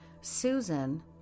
Susan